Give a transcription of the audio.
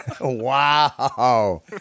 Wow